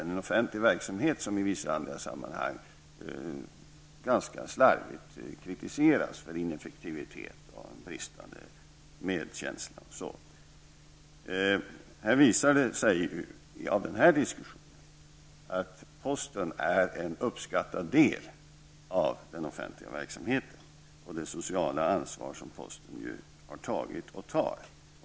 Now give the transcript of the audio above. Det är en offentlig verksamhet som i vissa andra sammanhang slarvigt kritiseras för ineffektivitet och brist på medkänsla, osv. I den här diskussionen visar det sig att posten är en uppskattad del av den offentliga verksamheten med det sociala ansvar som posten har.